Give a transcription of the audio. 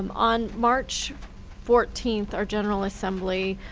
um on march fourteen, our general assembly,